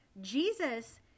Jesus